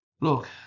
Look